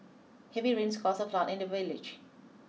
heavy rains caused a flood in the village